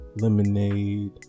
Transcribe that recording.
lemonade